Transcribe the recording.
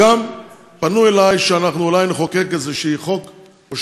וגם פנו אלי שאולי נחוקק איזה חוק או